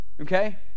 Okay